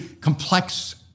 complex